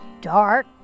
dark